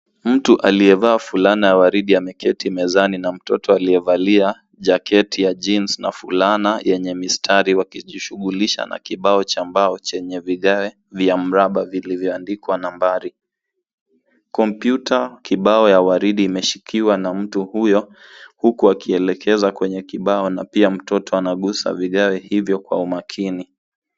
Mtu aliyevaa fulana ya waridi ameketi mezani na mtoto aliyevalia jaketi ya jeans na fulana yenye mistari wakijishughulisha na kibao cha mbao chenye vigae vya mraba vilivyoandikwa nambari. Kompyuta, kibao ya waridi imeshikiwa na mtu huyo, huku akielekeza kwenye kibao na pia mtoto anagusa vigae hivyo kwa umakini.